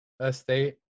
Estate